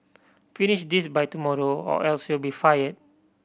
finish this by tomorrow or else you'll be fired